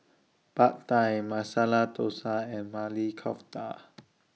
Pad Thai Masala Dosa and Maili Kofta